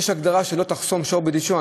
שיש הגדרה: לא תחסום שור בדישו.